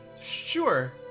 Sure